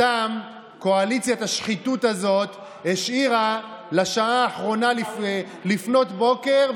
אותם קואליציית השחיתות הזאת השאירה לשעה האחרונה לפנות בוקר,